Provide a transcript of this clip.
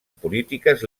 polítiques